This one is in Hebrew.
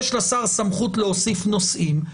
יש לשר סמכות להוסיף נושאים,